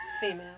female